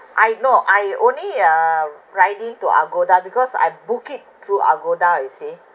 I know I only uh write in to agoda because I book it through agoda you see